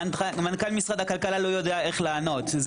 מנכ"ל משרד הכלכלה לא יודע איך לענות.